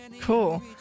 Cool